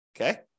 Okay